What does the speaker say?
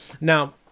Now